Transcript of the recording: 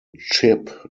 chip